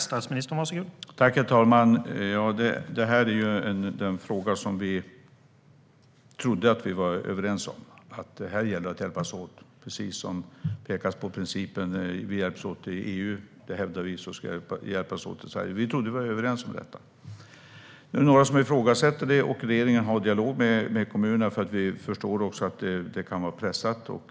Herr talman! Detta är en fråga där vi trodde att vi var överens om att det gällde att hjälpas åt. Precis som vi hävdar principen om att vi hjälps åt i EU ska vi hjälpas åt i Sverige. Vi trodde att vi var överens om detta. Nu är det några som ifrågasätter det. Regeringen har en dialog med kommunerna, för vi förstår att det kan vara pressat.